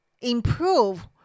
improve